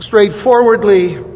straightforwardly